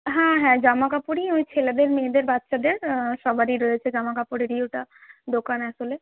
হ্যাঁ হ্যাঁ জামাকাপড়ই ওই ছেলেদের মেয়েদের বাচ্চাদের সবারই রয়েছে জামাকাপড়েরই ওটা দোকান আসলে